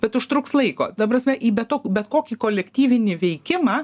bet užtruks laiko ta prasme į be to bet kokį kolektyvinį veikimą